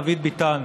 דוד ביטן.